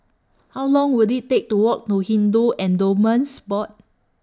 How Long Will IT Take to Walk to Hindu Endowments Board